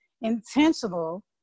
Intentional